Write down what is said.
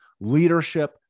leadership